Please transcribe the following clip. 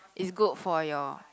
is good for your